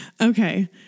Okay